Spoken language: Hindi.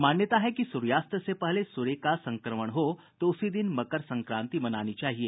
मान्यता है कि सूर्यास्त से पहले सूर्य का संक्रमण हो तो उसी दिन मकर संक्रांति मनानी चाहिए